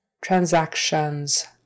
transactions